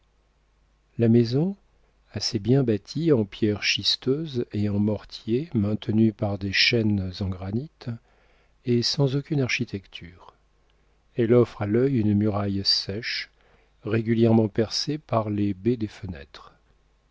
la maison assez bien bâtie en pierres schisteuses et en mortier maintenus par des chaînes en granit est sans aucune architecture elle offre à l'œil une muraille sèche régulièrement percée par les baies des fenêtres